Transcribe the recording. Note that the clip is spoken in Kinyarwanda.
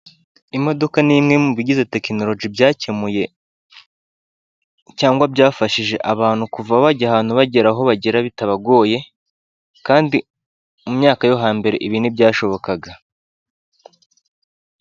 Imodoka nI imwe mu bigize tekinoloji byakemuye cyangwa byafashije abantu kuva bajya ahantu bagera aho bagera bitabagoye kandi mu myaka yo hambere ibi ntibyashobokaga.